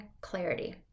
clarity